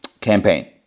campaign